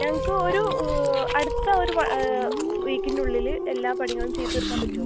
ഞങ്ങൾക്ക് ഒരു അടുത്ത ഒരു വീക്കിനുള്ളിൽ എല്ലാ പണികളും ചെയ്ത് തീർക്കാൻ പറ്റോ